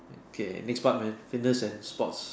K next part man fitness and sports